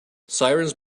sirens